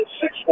six